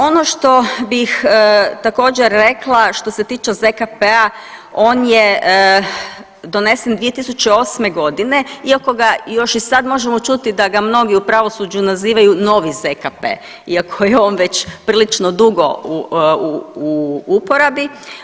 Ono što bih također, rekla, što se tiče ZKP-a, on je donesen 2008. g., iako ga još i sad možemo čuti da ga mnogi u pravosuđu nazivaju novi ZKP iako je on već prilično dugo u uporabi.